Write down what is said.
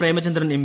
Premachandran M